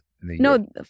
No